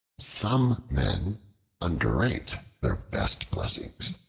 some men underrate their best blessings.